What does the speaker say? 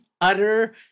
utter